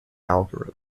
algorithm